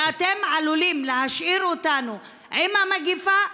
כי אתם עלולים להשאיר אותנו עם המגפה,